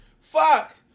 Fuck